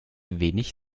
wenig